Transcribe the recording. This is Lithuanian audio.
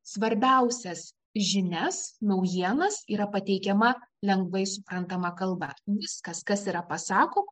svarbiausias žinias naujienas yra pateikiama lengvai suprantama kalba viskas kas yra pasakoma